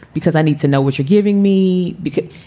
because i need to know what you're giving me because.